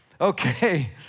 Okay